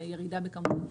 ירידה בכמות נפגעים.